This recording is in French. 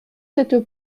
cette